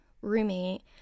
roommate